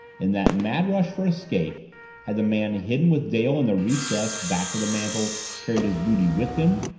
in that mad rush for escape had the man hidden with dale in the recess back of the mantel carried his booty with him,